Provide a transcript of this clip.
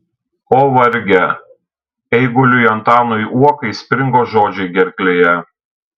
o varge eiguliui antanui uokai springo žodžiai gerklėje